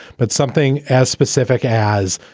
but something as specific as,